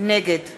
נגד